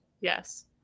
Yes